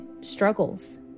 struggles